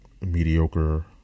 mediocre